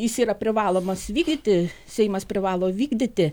jis yra privalomas vykdyti seimas privalo vykdyti